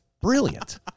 brilliant